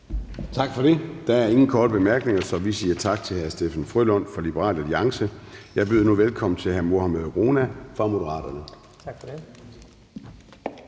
Tak for det. Der er ingen korte bemærkninger, så vi siger tak til hr. Steffen W. Frølund fra Liberal Alliance. Jeg byder nu velkommen til hr. Mohammad Rona fra Moderaterne. Kl.